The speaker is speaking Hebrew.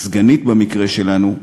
סגנית במקרה שלנו,